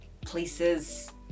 places